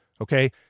Okay